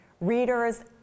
readers